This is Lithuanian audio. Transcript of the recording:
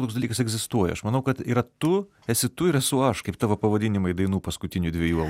toks dalykas egzistuoja aš manau kad yra tu esi tu ir esu aš kaip tavo pavadinimai dainų paskutinių dviejų albumų